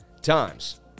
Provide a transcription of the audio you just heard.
times